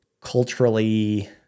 culturally